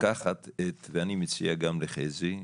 לקחת ואני מציע גם לחזי,